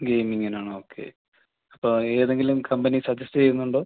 ഗെയിമിങ്ങിനാണ് okay അപ്പം ഏതെങ്കിലും company suggest ചെയ്യുന്നുണ്ടോ